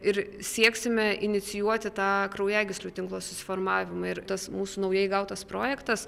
ir sieksime inicijuoti tą kraujagyslių tinklo susiformavimą ir tas mūsų naujai gautas projektas